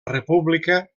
república